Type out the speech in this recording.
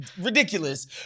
ridiculous